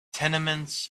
tenements